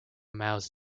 mouths